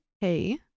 Hey